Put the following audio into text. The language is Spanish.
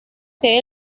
que